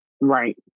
Right